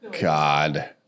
God